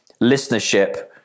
listenership